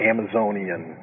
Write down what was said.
Amazonian